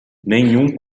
nenhum